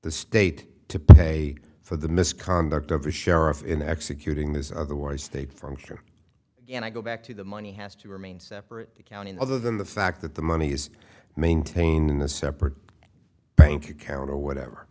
the state to pay for the misconduct of the sheriff in executing this otherwise they'd function and i go back to the money has to remain separate accounting other than the fact that the money is maintained in a separate bank account or whatever